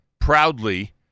proudly